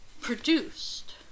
produced